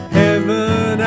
heaven